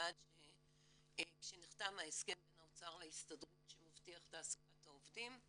ועד כשנחתם ההסכם בין האוצר להסתדרות שמבטיח את העסקת העובדים,